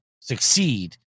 succeed